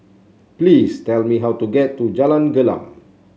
please tell me how to get to Jalan Gelam